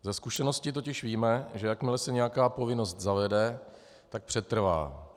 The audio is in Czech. Ze zkušenosti totiž víme, že jakmile se nějaká povinnost zavede, tak přetrvá.